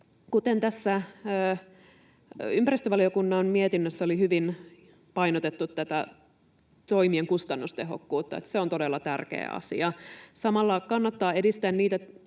kuten tässä ympäristövaliokunnan mietinnössä oli hyvin painotettu tätä toimien kustannustehokkuutta, niin se on todella tärkeä asia. Samalla kannattaa edistää niitä